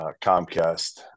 Comcast